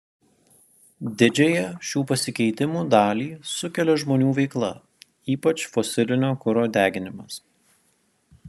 didžiąją šių pasikeitimų dalį sukelia žmonių veikla ypač fosilinio kuro deginimas